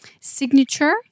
signature